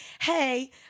hey